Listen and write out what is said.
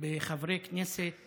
חברי כנסת